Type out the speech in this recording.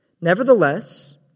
Nevertheless